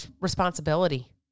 responsibility